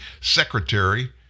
Secretary